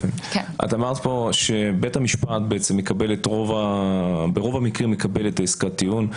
אמרת שבית המשפט ברוב המקרים מקבל את עסקת הטיעון.